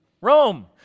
Rome